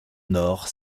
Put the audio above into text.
nord